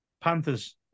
Panthers